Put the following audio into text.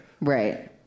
Right